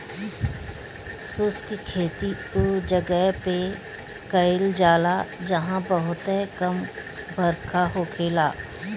शुष्क खेती उ जगह पे कईल जाला जहां बहुते कम बरखा होखेला